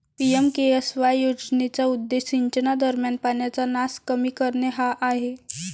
PMKSY योजनेचा उद्देश सिंचनादरम्यान पाण्याचा नास कमी करणे हा आहे